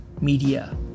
media